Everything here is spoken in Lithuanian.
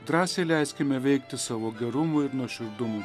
drąsiai leiskime veikti savo gerumu ir nuoširdumu